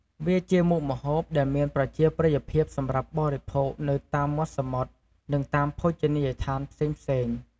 វាជាមុខម្ហូបដែលមានប្រជាប្រិយភាពសម្រាប់បរិភោគនៅតាមមាត់សមុទ្រនិងតាមភោជនីយដ្ឋានផ្សេងៗ។